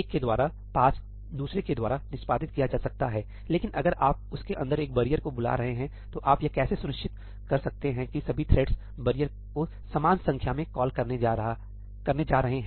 एक के द्वारा 5 दूसरे के द्वारा निष्पादित किया जा सकता है लेकिन अगर आप उसके अंदर एक बैरियर को बुला रहे हैं तो आप यह कैसे सुनिश्चित कर सकते हैं कि सभी थ्रेड्स बैरियर को समान संख्या में कॉल करने जा रहे हैं